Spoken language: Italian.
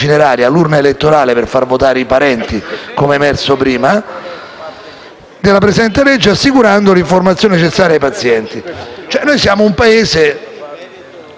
alla presente legge, assicurando l'informazione necessaria ai pazienti. Noi siamo un Paese pluralista. Esistono strutture sanitarie